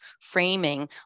framing